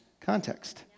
context